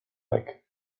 like